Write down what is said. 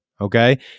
Okay